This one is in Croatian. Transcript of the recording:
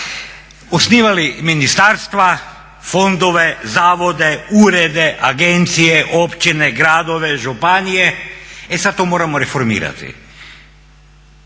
Osnivali ministarstva, fondove, zavode, urede, agencije, općine, gradove, županije e sad to moramo reformirati.